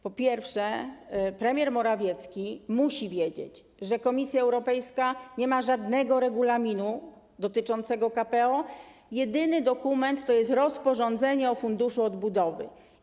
Premier Morawiecki musi wiedzieć, że Komisja Europejska nie ma żadnego regulaminu dotyczącego KPO, jedyny dokument to jest rozporządzenie o Funduszu Odbudowy.